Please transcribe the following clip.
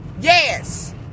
yes